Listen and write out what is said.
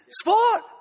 sport